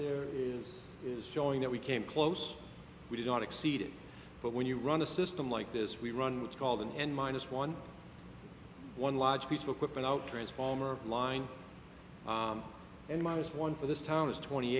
there is showing that we came close we don't exceed it but when you run a system like this we run it's called in and minus one one large piece of equipment out transformer line and miles one for this town is twenty